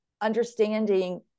understanding